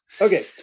Okay